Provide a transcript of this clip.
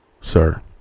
Sir